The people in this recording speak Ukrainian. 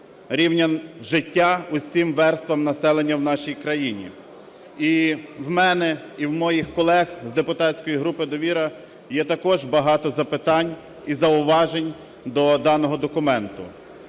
рівня життя усім верстам населення в нашій країні. І в мене, і в моїх колег з депутатської групи "Довіра" є також багато запитань і зауважень до даного документу.